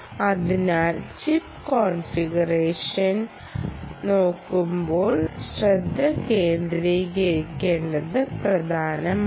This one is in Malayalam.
അതിനാൽ ചിപ്പ് കോൺഫിഗറേഷൻ നോക്കുമ്പോൾ ശ്രദ്ധ കേന്ദ്രീകരിക്കേണ്ടത് പ്രധാനമാണ്